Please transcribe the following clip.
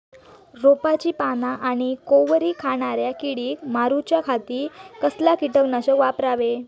रोपाची पाना आनी कोवरी खाणाऱ्या किडीक मारूच्या खाती कसला किटकनाशक वापरावे?